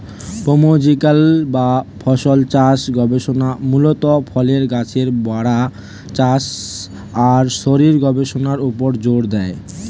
pomological বা ফলচাষ গবেষণা মূলত ফলের গাছের বাড়া, চাষ আর শরীরের গবেষণার উপর জোর দেয়